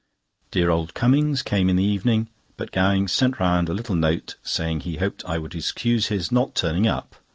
dear old cummings came in the evening but gowing sent round a little note saying he hoped i would excuse his not turning up,